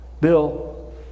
Bill